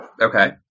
Okay